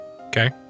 Okay